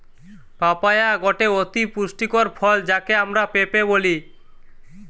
papaya গটে অতি পুষ্টিকর ফল যাকে আমরা পেঁপে বলি